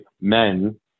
Men